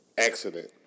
Accident